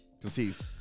Conceived